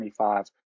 25